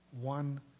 one